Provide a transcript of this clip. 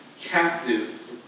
captive